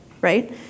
right